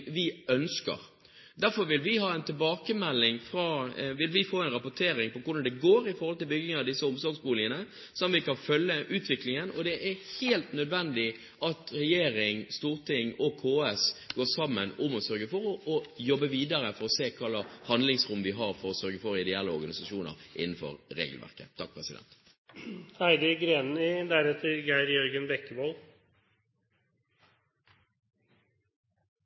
vi ønsker. Derfor vil vi få en rapportering på hvordan det går med byggingen av disse omsorgsboligene, slik at vi kan følge utviklingen, og det er helt nødvendig at regjering, storting og KS går sammen om å jobbe videre for å se hvilket handlingsrom vi har for å sørge for ideelle organisasjoner innenfor regelverket.